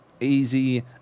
easy